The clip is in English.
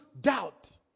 doubt